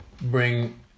bring